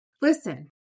listen